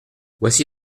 voici